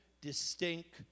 distinct